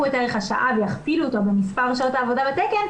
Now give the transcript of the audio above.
את ערך השעה ויכפילו אותו במספר שעות העבודה בתקן,